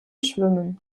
schwimmen